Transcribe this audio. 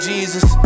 Jesus